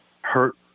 hurt